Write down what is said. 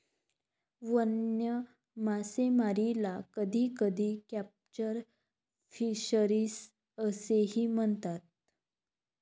वन्य मासेमारीला कधीकधी कॅप्चर फिशरीज असेही म्हणतात